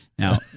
Now